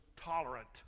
tolerant